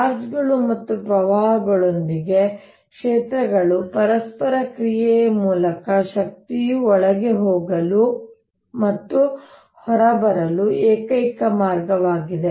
ಚಾರ್ಜ್ಗಳು ಮತ್ತು ಪ್ರವಾಹಗಳೊಂದಿಗೆ ಕ್ಷೇತ್ರಗಳ ಪರಸ್ಪರ ಕ್ರಿಯೆಯ ಮೂಲಕ ಶಕ್ತಿಯು ಒಳಗೆ ಹೋಗಲು ಮತ್ತು ಹೊರಬರಲು ಏಕೈಕ ಮಾರ್ಗವಾಗಿದೆ